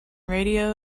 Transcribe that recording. radio